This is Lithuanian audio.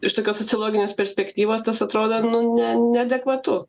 iš tokios sociologinės perspektyvos tas atrodo nu ne neadekvatu